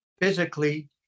physically